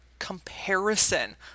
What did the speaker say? comparison